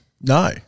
No